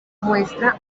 muestra